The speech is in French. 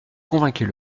convainquez